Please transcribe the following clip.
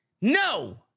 No